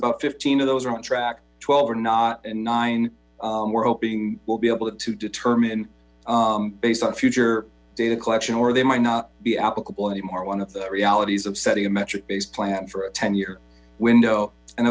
about fifteen of those are on track twelve or not and nine we're hoping we'll be able to determine based on future data collection where they might not be applicable anymore one of the realities of setting a metric based plan for a ten year window and